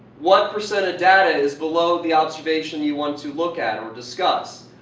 what percent of data is below the observation you want to look at or discuss.